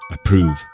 Approve